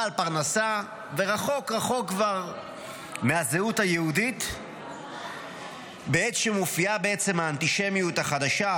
בעל פרנסה וכבר רחוק רחוק מהזהות היהודית בעת שמופיעה האנטישמיות החדשה,